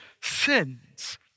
sins